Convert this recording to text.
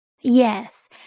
Yes